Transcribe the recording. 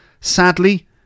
sadly